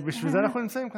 בשביל זה אנחנו נמצאים כאן.